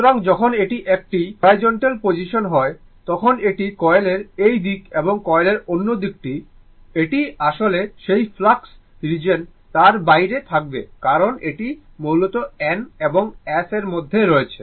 সুতরাং যখন এটি একটি হরাইজন্টাল পজিশন হয় তখন এটি কয়েলের এই দিক এবং কয়েলের অন্য দিকটি এটি আসলে সেই ফ্লাক্স রিজিওন তার বাইরে থাকবে কারণ এটি মূলত N এবং S এর মধ্যে রয়েছে